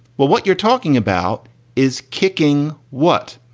well, what you're talking about is kicking. what.